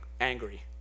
angry